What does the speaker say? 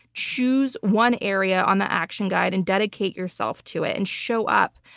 choose one area on the action guide and dedicate yourself to it. and show up.